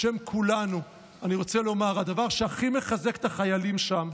בשם כולנו אני רוצה לומר: הדבר שהכי מחזק את החיילים שם,